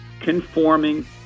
conforming